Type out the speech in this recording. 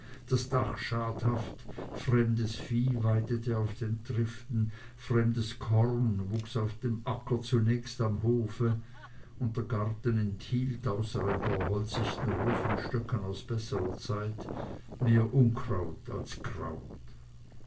das dach schadhaft fremdes vieh weidete auf den triften fremdes korn wuchs auf dem acker zunächst am hofe und der garten enthielt außer ein paar holzichten rosenstöcken aus besserer zeit mehr unkraut als kraut